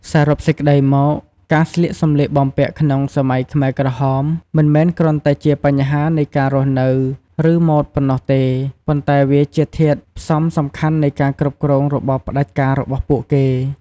សរុបសេចក្តីមក ការស្លៀកសម្លៀកបំពាក់ក្នុងសម័យខ្មែរក្រហមមិនមែនគ្រាន់តែជាបញ្ហានៃការរស់នៅឬម៉ូដប៉ុណ្ណោះទេ ប៉ុន្តែវាគឺជាធាតុផ្សំសំខាន់នៃការគ្រប់គ្រងរបបផ្តាច់ការរបស់ពួកគេ។